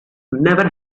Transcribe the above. never